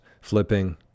flipping